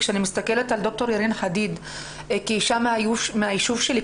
כשאני מסתכלת על ד"ר ירין חדיד כאישה מהיישוב שלי,